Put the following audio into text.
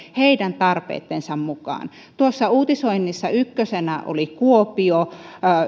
heidän tarpeittensa mukaan tuossa uutisoinnissa ykkösenä oli kuopio